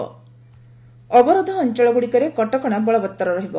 ଅବରୋଧ ଅଂଚଳଗ୍ରଡ଼ିକରେ କଟକଣା ବଳବତର ରହିବ